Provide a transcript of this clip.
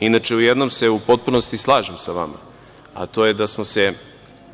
Inače u jednom se u potpunosti slažem sa vama, a to je da smo se